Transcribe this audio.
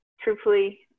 Truthfully